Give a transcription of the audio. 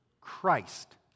Christ